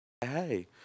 hey